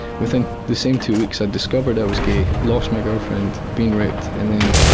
within the same two weeks, i'd discovered i was gay, lost my girlfriend, been raped, and then